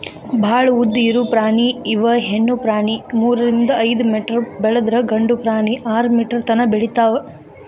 ಭಾಳ ಉದ್ದ ಇರು ಪ್ರಾಣಿ ಇವ ಹೆಣ್ಣು ಪ್ರಾಣಿ ಮೂರರಿಂದ ಐದ ಮೇಟರ್ ಬೆಳದ್ರ ಗಂಡು ಪ್ರಾಣಿ ಆರ ಮೇಟರ್ ತನಾ ಬೆಳಿತಾವ